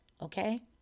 Okay